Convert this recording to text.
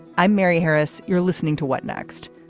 i'm mary harris. you're listening to what next.